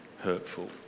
hurtful